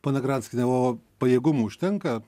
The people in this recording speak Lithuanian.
ponia granskiene o pajėgumų užtenka